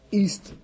east